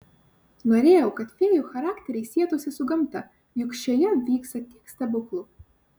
norėjau kad fėjų charakteriai sietųsi su gamta juk šioje vyksta tiek stebuklų